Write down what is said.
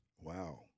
Wow